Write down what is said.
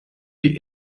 die